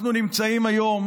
אנחנו נמצאים היום